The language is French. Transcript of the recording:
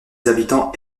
habitants